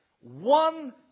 one